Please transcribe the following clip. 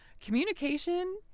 Communication